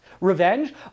revenge